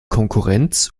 konkurrenz